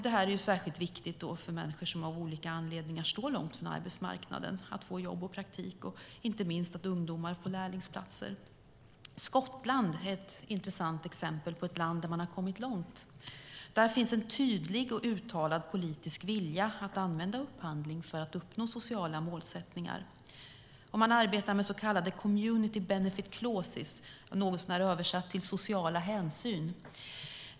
Det är särskilt viktigt för människor som av olika anledningar står långt från arbetsmarknaden. Inte minst är det viktigt att ungdomar får lärlingsplatser. Skottland är ett intressant exempel på ett land där man har kommit långt. Där finns en tydlig och uttalad politisk vilja att använda upphandling för att uppnå sociala målsättningar. Man arbetar med så kallade community benefit clauses, vilket kan översättas ungefär till sociala hänsyn.